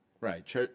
right